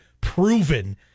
proven